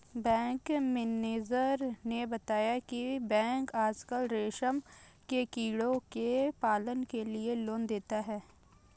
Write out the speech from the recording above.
bank manager ने बताया की बैंक आजकल रेशम के कीड़ों के पालन के लिए लोन देता है